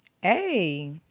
Hey